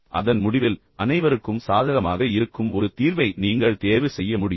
அதன் முடிவில் அனைவருக்கும் சாதகமாக இருக்கும் ஒரு தீர்வை நீங்கள் தேர்வு செய்ய முடியும்